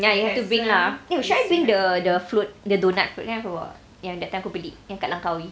ya you have to bring lah th~ should I bring the the float the donut float kan aku bawa yang that time aku beli dekat langkawi